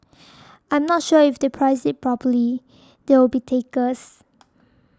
I'm not sure if they price it properly there will be takers